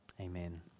Amen